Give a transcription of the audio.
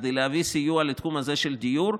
כדי להביא סיוע לתחום הזה של הדיור.